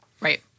Right